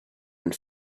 and